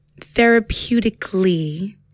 therapeutically